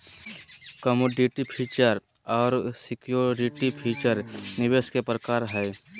commodity future आर security future निवेश के प्रकार हय